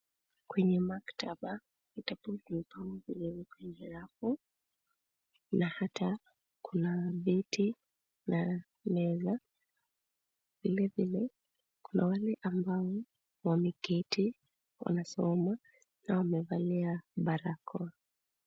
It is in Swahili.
Kwenye maktaba, vitabu vimepangwa vingi kwenye rafu, na hata kuna beti za meza. Vilevile, kuna wale ambao wameketi wanasoma na wamevalia barakoa.